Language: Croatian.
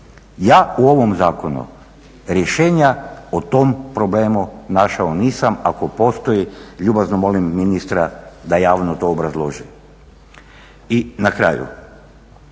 Ja u ovom zakonu rješenja o tome problemu našao nisam, ako postoji ljubazno molim ministra da javno to obrazloži. I na kraju.